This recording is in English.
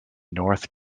north